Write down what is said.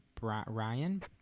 Ryan